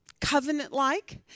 covenant-like